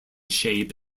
shape